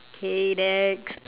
okay next